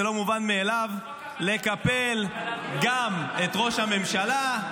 זה לא מובן מאליו לקפל גם את ראש הממשלה,